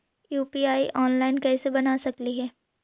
UPI online कैसे बना सकली हे?